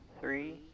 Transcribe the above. three